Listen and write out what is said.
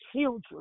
children